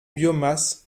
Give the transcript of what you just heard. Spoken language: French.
biomasse